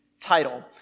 title